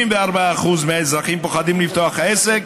54% מהאזרחים פוחדים לפתוח עסק